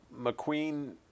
McQueen